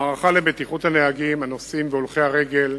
המערכה לבטיחות הנהגים, הנוסעים והולכי הרגל